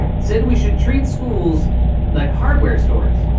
said we should treat schools like hardware stores.